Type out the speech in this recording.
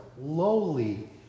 lowly